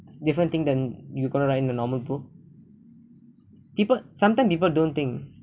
it's different thing than you going to write in the normal book people sometimes people don't think